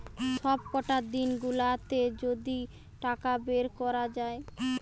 সবকটা দিন গুলাতে যদি টাকা বের কোরা যায়